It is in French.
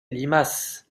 limace